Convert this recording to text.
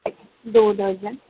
دو درجن